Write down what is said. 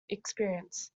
experience